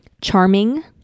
charming